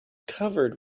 covered